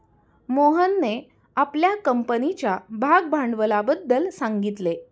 मोहनने आपल्या कंपनीच्या भागभांडवलाबद्दल सांगितले